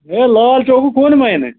ہَے لال چوکُک ووٚنمَے نہٕ